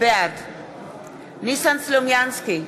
בעד ניסן סלומינסקי,